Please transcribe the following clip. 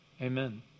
amen